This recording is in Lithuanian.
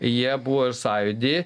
jie buvo ir sąjūdy